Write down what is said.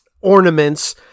ornaments